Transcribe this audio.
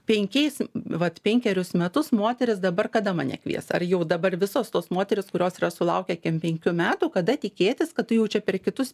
penkiais vat penkerius metus moteris dabar kada mane kvies ar jau dabar visos tos moterys kurios yra sulaukę kem penkių metų kada tikėtis kad tu jau čia per kitus